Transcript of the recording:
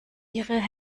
ihre